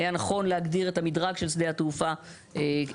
היה נכון להגדיר את המדרג של שדה התעופה כבינלאומי,